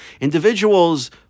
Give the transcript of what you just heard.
individuals